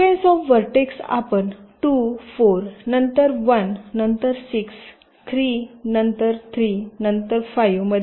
sequence of vertex आपण 2 4 नंतर 1 नंतर 6 3 नंतर 3 नंतर 5 मध्ये मर्ज करीत आहात